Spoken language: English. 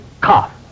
Cough